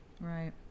Right